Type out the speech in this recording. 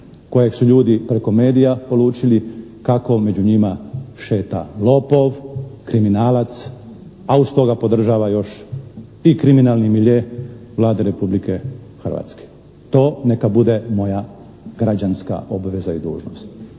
kojeg su ljudi preko medija polučili kako među njima šeta lopov, kriminalac a uz to ga podržava još i kriminalni milje Vlade Republike Hrvatske. To neka bude moja građanska obveza i dužnost.